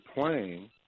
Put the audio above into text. playing